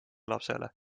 lapsele